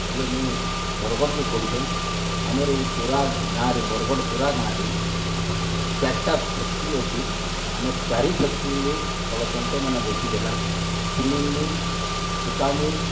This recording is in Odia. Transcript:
ହ୍ୟାଲୋ ମୁଇଁ ବରଗଡ଼ରୁ କହୁଛେ ଆମର୍ ଏଇ ତୁରା ଗାଁରେ ବରଗଡ଼ ତୁରା ଗାଁରେ ଚାରିଟା ଫ୍ୟାକ୍ଟ୍ରି ଅଛି ଆମେ ଚାରି ଫ୍ୟାକ୍ଟ୍ରିରେ କଳତନ୍ତମାନେ ବସି ଥେଲା ସ୍ପିନିଙ୍ଗ୍ ମିଲ୍ ସୂତା ମିଲ୍